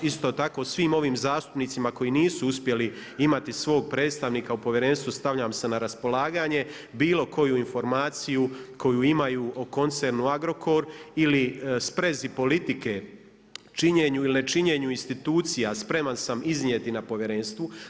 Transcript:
Isto tako svim ovim zastupnicima koji nisu uspjeli imati svog predstavnika u Povjerenstvu, stavljam se na raspolaganje, bilo koju informaciju koju imaju o koncernu Agrokor ili sprezi politike, činjenju ili nečinjenju institucija, spreman sam iznijeti na Povjerenstvu.